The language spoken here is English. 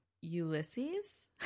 Ulysses